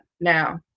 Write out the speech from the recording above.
now